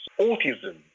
autism